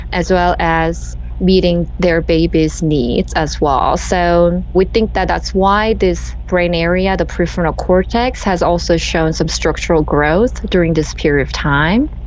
as well as meeting their baby's needs as well. so we think that that's why this brain area, the prefrontal cortex, has also shown some structural growth during this period of time.